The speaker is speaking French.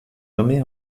nommée